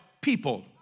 people